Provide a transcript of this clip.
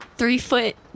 three-foot